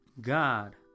God